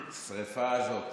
השרפה הזאת